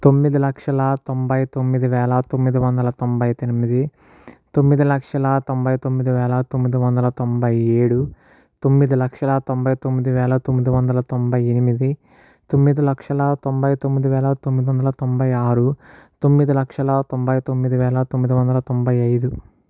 తొమ్మిది లక్షల తొంభై తొమ్మిది వేల తొమ్మిది వందల తొంభై తొమ్మిది తొమ్మిది లక్షల తొంభై తొమ్మిది వేల తొమ్మిది వందల తొంభై ఏడు తొమ్మిది లక్షల తొంభై తొమ్మిది వేల తొమ్మిది వందల తొంభై ఎనిమిది తొమ్మిది లక్షల తొంభై తొమ్మిది వేల తొమ్మిదొందల తొంభై ఆరు తొమ్మిది లక్షల తొంభై తొమ్మిది వేల తొమ్మిది వందల తొంభై ఐదు